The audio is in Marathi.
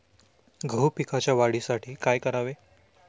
गहू पिकाच्या वाढीसाठी काय करावे?